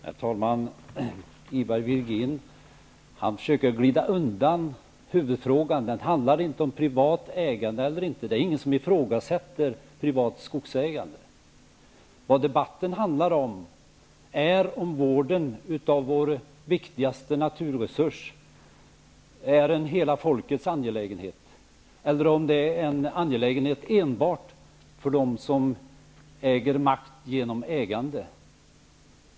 Herr talman! Ivar Virgin försöker glida undan huvudfrågan, som inte handlar om privat ägande eller inte -- ingen ifrågasätter privat skogsägande. Vad debatten handlar om är om vården av vår viktigaste naturresurs är en hela folkets angelägenhet, eller om det är en angelägenhet enbart för dem som äger makt genom ägande.